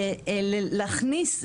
להכניס,